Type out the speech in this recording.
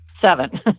seven